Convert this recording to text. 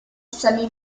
semi